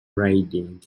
riding